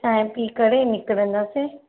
चांहि पीउ करे निकरिंदासीं